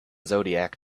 zodiac